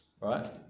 right